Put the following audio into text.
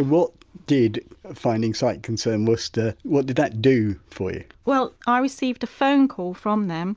what did finding sight concern worcester, what did that do for you? well i received a phone call from them